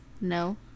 No